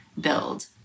build